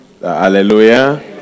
Hallelujah